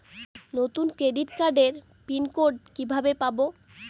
নতুন ক্রেডিট কার্ডের pin code কিভাবে পাব?